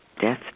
death